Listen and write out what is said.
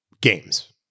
games